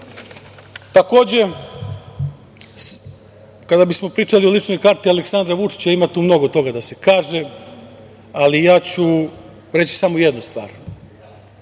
nas. Takođe, kada bismo pričali o ličnoj karti Aleksandra Vučića, ima tu mnogo toga da se kaže, ali ja ću reći samo jednu stvar,